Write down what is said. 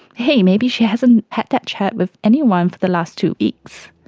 hey, maybe she hasn't had that chat with anyone for the last two weeks.